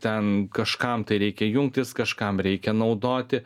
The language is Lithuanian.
ten kažkam tai reikia jungtis kažkam reikia naudoti